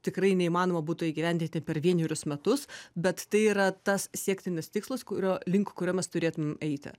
tikrai neįmanoma būtų įgyvendinti per vienerius metus bet tai yra tas siektinis tikslas kurio link kuriamas turėtum eiti